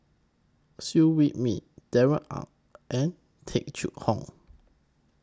Wee Mee Darrell Ang and Tung Chye Hong